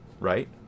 right